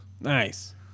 Nice